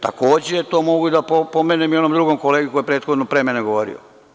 Takođe to mogu da pomenem i onom drugom kolegi koji je pre mene govorio.